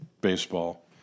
baseball